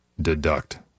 deduct